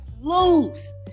lose